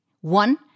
one